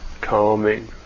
calming